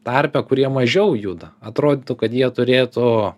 tarpe kurie mažiau juda atrodytų kad jie turėtų